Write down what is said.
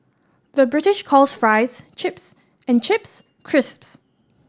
the British calls fries chips and chips crisps